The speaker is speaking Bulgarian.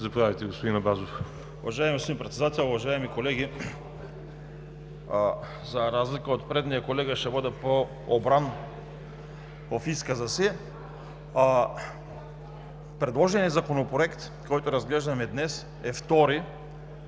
За разлика от предния колега ще бъда по-обран в изказа си. Предложеният Законопроект, който разглеждаме днес, е втори.